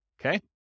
Okay